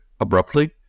abruptly